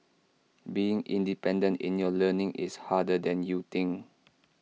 being independent in your learning is harder than you think